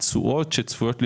התשואות הצפויות,